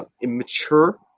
immature